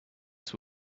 this